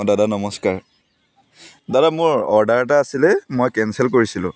অঁ দাদা নমস্কাৰ দাদা মোৰ অৰ্ডাৰ এটা আছিলে মই কেনচেল কৰিছিলোঁ